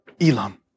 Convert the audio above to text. Elam